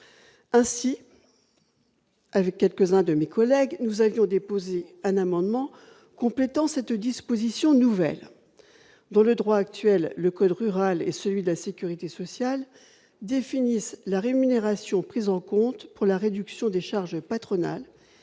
ainsi avec quelques-uns de mes collègues nous avions déposé un amendement complétant cette disposition nouvelle dans le droit actuel, le code rural et celui de la Sécurité sociale, définit la rémunération prise en compte pour la réduction des charges patronales